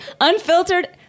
Unfiltered